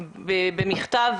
במכתב